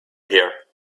here